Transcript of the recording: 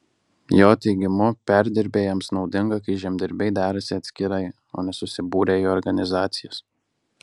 jo teigimu perdirbėjams naudinga kai žemdirbiai derasi atskirai o ne susibūrę į organizacijas